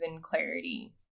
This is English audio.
clarity